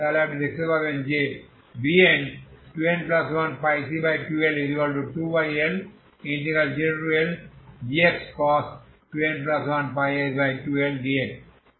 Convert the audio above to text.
তাহলে আপনি দেখতে পাবেন যে Bn2n1πc2L2L0Lgcos 2n1πx2L dx